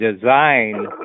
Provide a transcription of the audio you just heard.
design